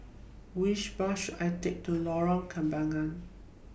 Which Bus should I Take to Lorong Kembagan